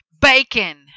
bacon